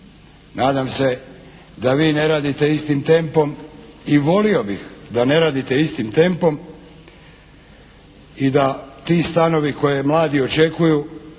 Nadam se da vi ne radite istim tempom i volio bih da ne radite istim tempom i da ti stanovi koje mladi očekuju